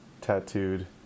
tattooed